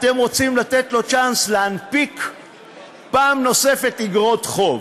אתם רוצים לתת לו צ'אנס להנפיק פעם נוספת איגרות חוב.